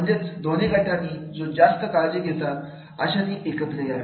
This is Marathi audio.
म्हणजेच दोन्ही गटांनी जे जास्त काळजी घेतात आशा एकत्र यावे